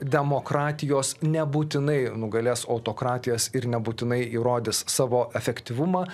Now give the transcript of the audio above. demokratijos nebūtinai nugalės autokratijas ir nebūtinai įrodys savo efektyvumą